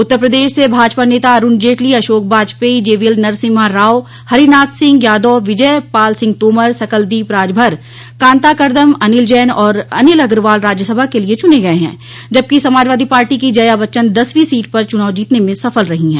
उत्तर प्रदश से भाजपा नेता अरूण जेटली अशोक बाजपेई जीवीएल नरसिम्हा राव हरिनाथ सिंह यादव विजय पाल सिंह तोमर सकलदीप राजभर कांता कर्दम अनिल जैन और अनिल अग्रवाल राज्यसभा के लिए चूने गये हैं जबकि समाजवादी पार्टी की जया बच्चन दसवीं सीट पर चूनाव जीतने में सफल रही हैं